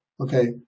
Okay